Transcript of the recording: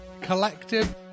collective